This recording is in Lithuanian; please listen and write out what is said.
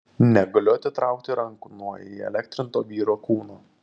negaliu atitraukti rankų nuo įelektrinto vyro kūno